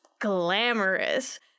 glamorous